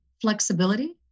flexibility